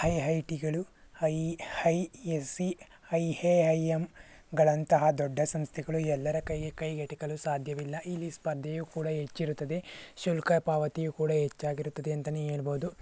high I ಟಿಗಳು I I S C I A I ಎಮ್ಗಳಂತಹ ದೊಡ್ಡ ಸಂಸ್ಥೆಗಳು ಎಲ್ಲರ ಕೈ ಕೈಗೆಟಕಲು ಸಾಧ್ಯವಿಲ್ಲ ಇಲ್ಲಿ ಸ್ಪರ್ಧೆಯು ಕೂಡ ಹೆಚ್ಚಿರುತ್ತದೆ ಶುಲ್ಕ ಪಾವತಿಯು ಕೂಡ ಹೆಚ್ಚಾಗಿರುತ್ತದೆ ಅಂತಲೇ ಹೇಳ್ಬೋದು